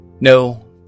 No